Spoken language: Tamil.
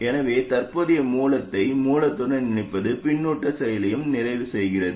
எனவே தற்போதைய மூலத்தை மூலத்துடன் இணைப்பது பின்னூட்டச் செயலையும் நிறைவு செய்கிறது